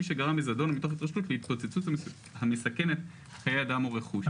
מי שגרם בזדון או מתוך התרשלות להתפוצצות המסכנת חיי אדם או רכוש.